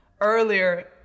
earlier